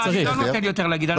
לא, אני לא נותן יותר להגיד.